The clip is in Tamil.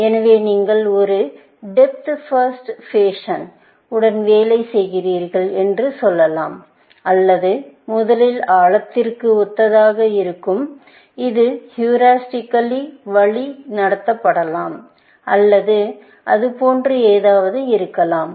எனவே நீங்கள் ஒரு டெப்த் பர்ஸ்ட் பேஷன் உடன் வேலை செய்கிறீர்கள் என்று சொல்லலாம் அல்லது முதலில் ஆழத்திற்கு ஒத்ததாக இருக்கும் இது ஹூரிஸ்டிகலி வழி நடத்தப்படலாம் அல்லது அது போன்ற ஏதாவது இருக்கலாம்